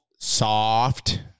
Soft